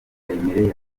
abasirikare